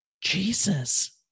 Jesus